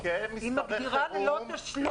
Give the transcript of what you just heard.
כמספרי חירום -- היא מגדירה ללא תשלום.